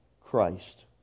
Christ